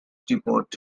depot